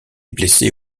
blessé